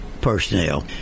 personnel